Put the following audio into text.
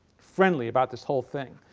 friendly about this whole thing.